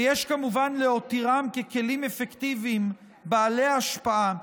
ויש, כמובן, להותירם ככלים אפקטיביים בעלי השפעה.